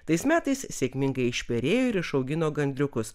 tais metais sėkmingai išperėjo ir išaugino gandriukus